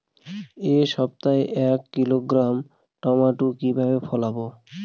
এক সপ্তাহে এক কিলোগ্রাম টমেটো কিভাবে ফলাবো?